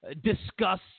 discuss